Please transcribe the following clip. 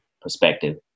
perspective